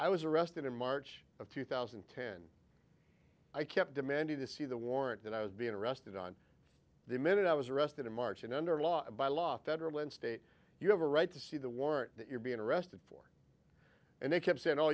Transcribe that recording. i was arrested in march of two thousand and ten i kept demanding to see the warrant that i was being arrested on the minute i was arrested in march and under law by law federal and state you have a right to see the warrant that you're being arrested for and they kept saying